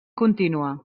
contínua